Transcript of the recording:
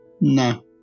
no